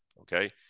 okay